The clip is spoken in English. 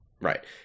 right